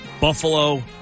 Buffalo